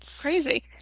crazy